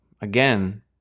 again